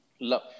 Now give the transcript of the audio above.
Love